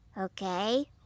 Okay